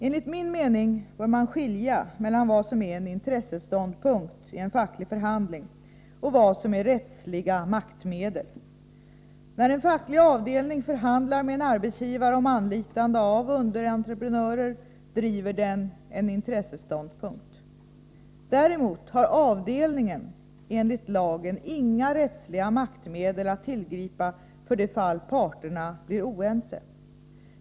Enligt min mening bör man skilja mellan vad som är en intresseståndpunkt i en facklig förhandling och vad som är rättsliga maktmedel. När en facklig avdelning förhandlar med en arbetsgivare om anlitande av underentreprenörer, driver den en intresseståndpunkt. Däremot har avdelningen enligt lagen inga rättsliga maktmedel att tillgripa för det fall parterna blir oense.